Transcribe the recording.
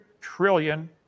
trillion